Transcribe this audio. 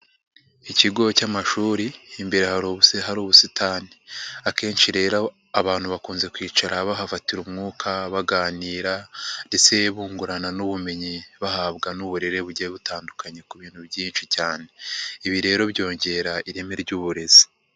Ikigo cy'amashuri imbere hari ubusitani, akenshi rero abantu bakunze kuhicara bahafatira umwuka, baganira, ndetse bungurana n'ubumenyi bahabwa n'uburere bujye butandukanye ku bintu byinshi cyane, ibi rero byongera ireme .